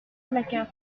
placard